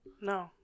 No